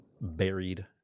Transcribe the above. buried